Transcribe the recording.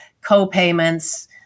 co-payments